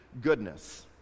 goodness